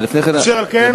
אשר על כן,